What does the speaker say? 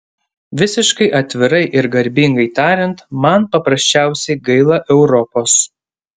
visiškai atvirai ir garbingai tariant man paprasčiausiai gaila europos